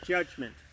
Judgment